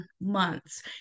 months